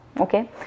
okay